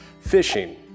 fishing